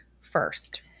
first